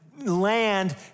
Land